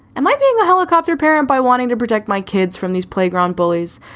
am i being a helicopter parent by wanting to protect my kids from these playground bullies?